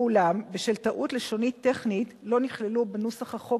ואולם בשל טעות לשונית-טכנית לא נכללו בנוסח החוק